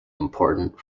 important